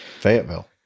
Fayetteville